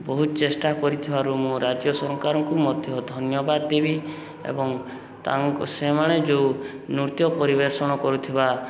ବହୁତ ଚେଷ୍ଟା କରିଥିବାରୁ ମୁଁ ରାଜ୍ୟ ସରକାରଙ୍କୁ ମଧ୍ୟ ଧନ୍ୟବାଦ ଦେବି ଏବଂ ତା' ସେମାନେ ଯେଉଁ ନୃତ୍ୟ ପରିବେଷଣ କରୁଥିବା